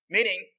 Meaning